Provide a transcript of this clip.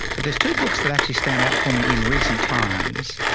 but there's two books that actually stand out for me in recent times.